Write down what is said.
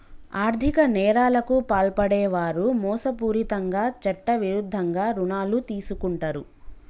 ఆర్ధిక నేరాలకు పాల్పడే వారు మోసపూరితంగా చట్టవిరుద్ధంగా రుణాలు తీసుకుంటరు